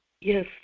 Yes